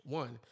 one